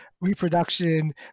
reproduction